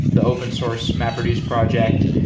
the open source mapreduce project,